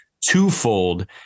twofold